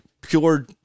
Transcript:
pure